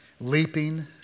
leaping